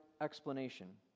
explanation